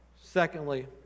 Secondly